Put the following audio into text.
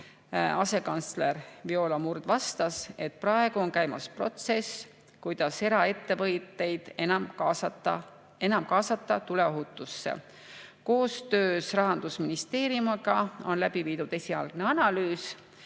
Asekantsler Viola Murd vastas, et praegu käib protsess, kuidas eraettevõtteid enam kaasata tuleohutusse. Koostöös Rahandusministeeriumiga on läbi viidud esialgne analüüs,